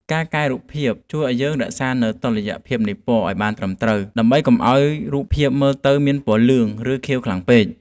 ការកែរូបថតជួយឱ្យយើងអាចរក្សានូវ តុល្យភាពនៃពណ៌ ឱ្យបានត្រឹមត្រូវបំផុត ដើម្បីកុំឱ្យរូបភាពមើលទៅមានពណ៌លឿង ឬខៀវខ្លាំងពេក។